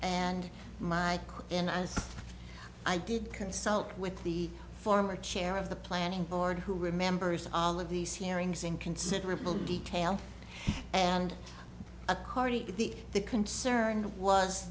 and my in as i did consult with the former chair of the planning board who remembers all of these hearings in considerable detail and according the the concern was